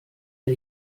der